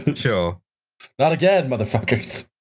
and so not again, motherfuckers!